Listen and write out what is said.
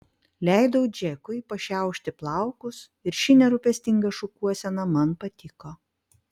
leidau džekui pašiaušti plaukus ir ši nerūpestinga šukuosena man patiko